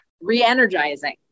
Re-energizing